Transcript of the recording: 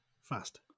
fast